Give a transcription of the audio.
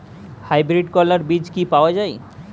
Hybrid করলার বীজ কি পাওয়া যায়?